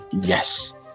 yes